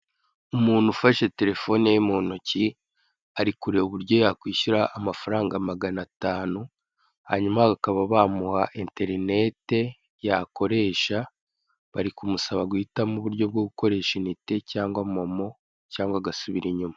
Umuntu ufashe telefone ye mu ntoki ari kureba uburyo yakwishyura amafaranga magana atanu hanyuma bakaba namuha interinete yakoresha bari kumusaba guhitamo uburyo bwo gukoresha inite cyangwa momo cyangwa agasubira inyuma.